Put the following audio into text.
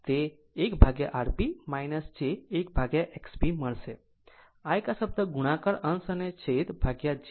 આ એક આ શબ્દ ગુણાકાર અંશ અને છેદ j